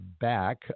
back